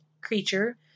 creature